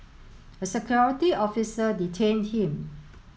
a security officer detained him